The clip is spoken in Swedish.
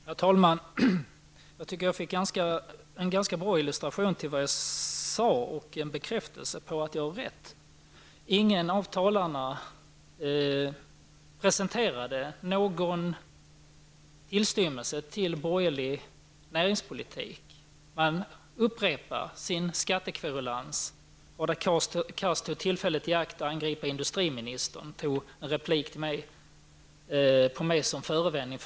Herr talman! Jag tycker att jag fick en ganska bra illustration till vad jag sade, och en bekräftelse på att jag har rätt. Ingen av talarna presenterade någon tillstymmelse till borgerlig näringspolitik. Man upprepar sin skattekverulans. Hadar Cars tog tillfället i akt att angripa industriministern -- med en replik till mig som förevändning.